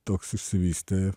toks išsivystė